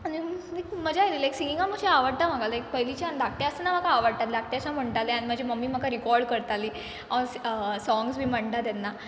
आनी लायक मजा येयली लायक सिंगिंगा माश्शें आवडटा म्हाका लायक पयलींच्यान धाकटें आसताना म्हाका आवडटा धाकटें सावन म्हणटालें आनी म्हाजी मम्मी म्हाका रिकॉड करताली हांव स् सॉंग्स बी म्हणटा तेन्ना